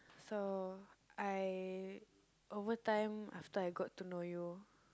so I over time after I got to know you